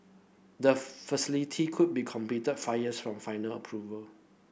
the facility could be completed five years from final approval